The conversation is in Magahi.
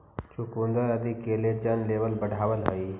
चुकुन्दर आदि कोलेजन लेवल बढ़ावऽ हई